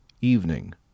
evening